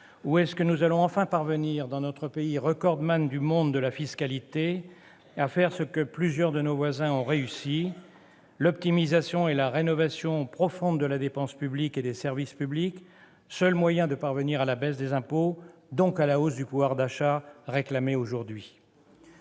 Ou allons-nous enfin arriver à faire, dans notre pays recordman du monde de la fiscalité, ce que plusieurs de nos voisins ont réussi, c'est-à-dire l'optimisation et la rénovation profonde de la dépense publique et des services publics, seul moyen de parvenir à la baisse des impôts, donc à la hausse du pouvoir d'achat réclamée aujourd'hui ?